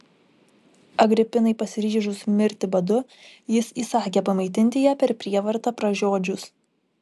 agripinai pasiryžus mirti badu jis įsakė pamaitinti ją per prievartą pražiodžius